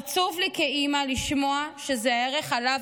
עצוב לי כאימא לשמוע שזה הערך שעליו